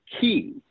key